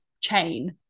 chain